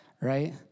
right